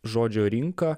žodžio rinka